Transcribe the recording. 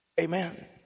Amen